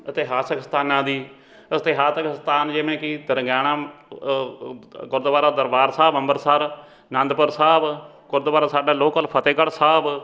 ਇਤਿਹਾਸਿਕ ਸਥਾਨਾਂ ਦੀ ਇਤਿਹਾਸਿਕ ਸਥਾਨ ਜਿਵੇਂ ਕਿ ਦੁਰਗਿਆਣਾ ਗੁਰਦੁਆਰਾ ਦਰਬਾਰ ਸਾਹਿਬ ਅੰਬਰਸਰ ਅਨੰਦਪੁਰ ਸਾਹਿਬ ਗੁਰਦੁਆਰਾ ਸਾਡਾ ਲੋਕਲ ਫਤਿਹਗੜ੍ਹ ਸਾਹਿਬ